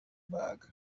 bag